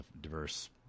diverse